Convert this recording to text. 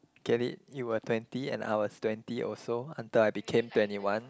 get it you were twenty and I was twenty also until I became twenty one